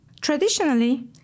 Traditionally